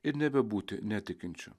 ir nebebūti netikinčiu